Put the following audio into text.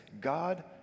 God